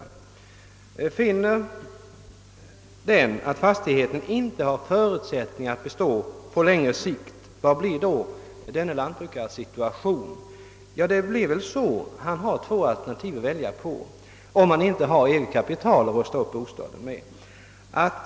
Om lantbruksnämnden därvid finner att fastigheten inte har förutsättningar att bestå på längre sikt, hurdan blir då denne lantbrukares situation? Om han inte har eget kapital att rusta upp bostaden med, finns det väl bara två alternativ att välja på.